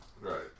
Right